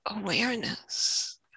awareness